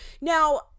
Now